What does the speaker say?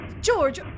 George